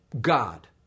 God